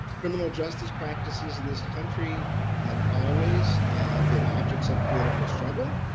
criminal justice practices in this country have always been objects of political struggle,